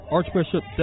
Archbishop